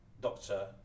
doctor